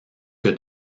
que